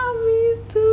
um